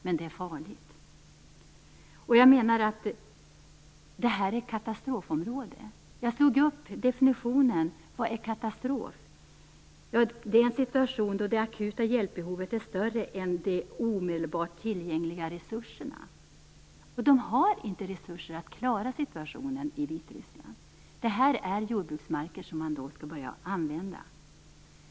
Men den är farlig. Jag menar att det här är ett katastrofområde. Jag slog upp definitionen av "katastrof". Det definieras som en situation då det akuta hjälpbehovet är större än de omedelbart tillgängliga resurserna. Och man har inte resurser att klara situationen i Vitryssland. Det rör sig om jordbruksmarker som man nu skall börja använda.